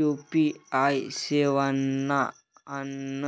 UPI सेवाना आनन